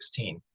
2016